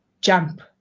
jump